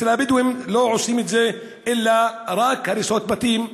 אצל הבדואים לא עושים את זה, אלא רק הריסות בתים.